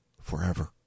forever